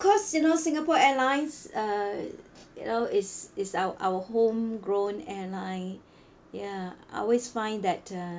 of course you know singapore airlines uh you know is is our our homegrown airline ya I always find that uh